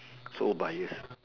so bias